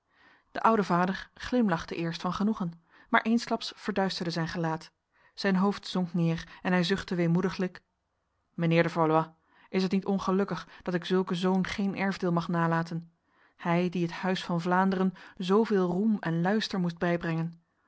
de oude vader glimlachte eerst van genoegen maar eensklaps verduisterde zijn gelaat zijn hoofd zonk neer en hij zuchtte weemoediglijk mijnheer de valois is het niet ongelukkig dat ik zulke zoon geen erfdeel mag nalaten hij die het huis van vlaanderen zoveel roem en luister moest bijbrengen